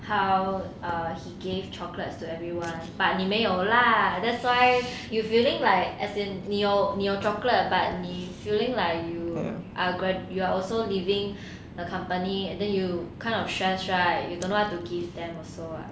how ah he gave chocolates to everyone but 你没有 lah that's why you feeling like as in 你有你有 chocolate but 你 feeling like you are you are also leaving the company I think you kind of stress right you don't know what to give them also [what]